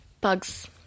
Bugs